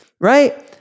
Right